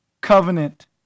covenant